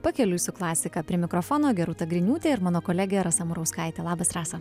pakeliui su klasika prie mikrofono gerūta griniūtė ir mano kolegė rasa murauskaitė labas rasa